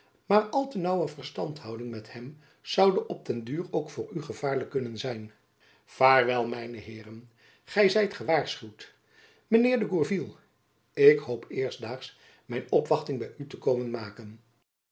maar al te naauwe verstandhouding met hem zoude op den duur ook voor u gevaarlijk kunnen zijn vaartwel mijne heeren gy zijt gewaarschuwd mijn heer de gourville ik hoop eerstdaags mijn opwachting by u te komen maken